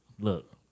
Look